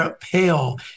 pale